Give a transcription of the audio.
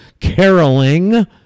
caroling